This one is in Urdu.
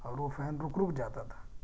اور وہ فین رک رک جاتا تھا